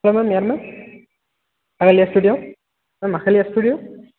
hello ma'am யார் ma'am Agalya studio ma'am Agalya studio